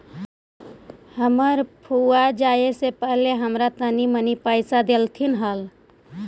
हमर फुआ जाए से पहिले हमरा तनी मनी पइसा डेलथीन हल